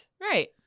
Right